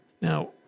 Now